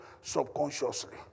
subconsciously